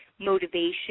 motivation